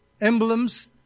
emblems